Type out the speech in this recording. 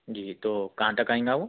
جی تو کہاں تک آئیں گا وہ